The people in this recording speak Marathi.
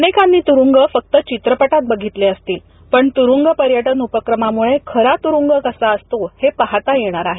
अनेकांनी तुरुंग फक चिवपटात बघितले असतील पण तुरुंग पर्यटन उपक्रमामुळे खरा तुरुंग कसा असतो हे पाहता येणार आहे